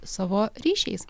savo ryšiais